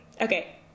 Okay